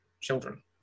children